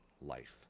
life